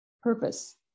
purpose